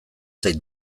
zait